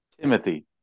Timothy